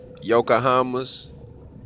yokohamas